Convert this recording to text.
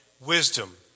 wisdom